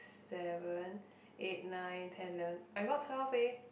seven eight nine ten eleven I got twelve eh